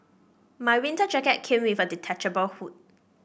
my winter jacket came with a detachable hood